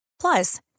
Plus